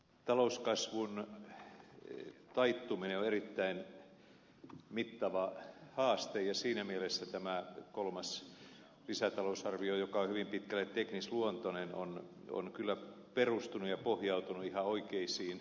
talouskasvun taittuminen on erittäin mittava haaste ja siinä mielessä tämä kolmas lisätalousarvio joka on hyvin pitkälle teknisluontoinen on kyllä perustunut ja pohjautunut ihan oikeisiin valintoihin